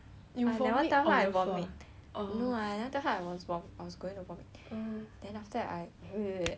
no lah I never tell her I was vomit I was going to vomit then after that I wait wait wait wait ah bye bye